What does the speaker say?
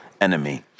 enemy